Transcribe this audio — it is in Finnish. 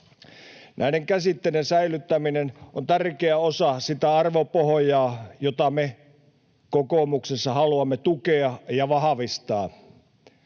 Näiden käsitteiden säilyttäminen on tärkeä osa sitä arvopohjaa, jota me kokoomuksessa haluamme tukea ja vahvistaa.